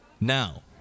Now